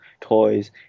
toys